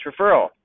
referral